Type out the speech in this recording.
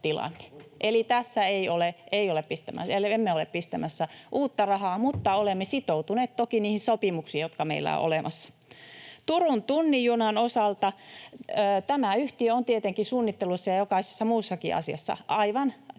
Eli tässä emme ole pistämässä uutta rahaa, mutta olemme sitoutuneet toki niihin sopimuksiin, jotka meillä on olemassa. Turun tunnin junan osalta tämä yhtiö on tietenkin suunnittelussa ja jokaisessa muussakin asiassa paljon,